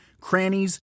crannies